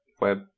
web